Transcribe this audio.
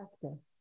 practice